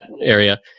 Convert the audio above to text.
area